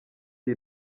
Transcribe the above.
iyi